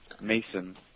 Mason